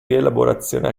rielaborazione